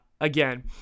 again